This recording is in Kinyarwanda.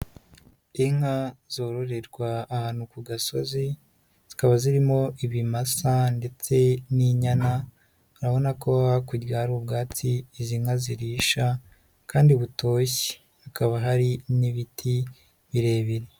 Inka zororerwa ahantu ku gasozi, zikaba zirimo ibimasa ndetse n'inyana, urabona ko hakurya hari ubwatsi izi nka zirisha kandi butoshye, hakaba hari n'ibiti birebire.